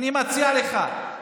אני מציע לך,